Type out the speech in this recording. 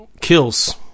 kills